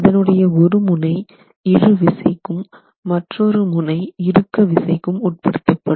அதனுடைய ஒரு முனை இழுவிசைக்கும் மற்றொரு முனை இறுக்க விசைக்கும் உட்படுத்தப்படும்